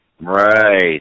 Right